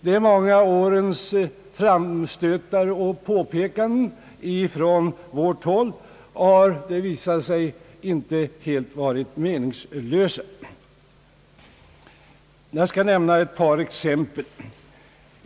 De många årens framstötar och påpekanden från vårt håll har visat sig inte helt meningslösa. Jag skall nämna ett par exempel.